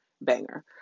banger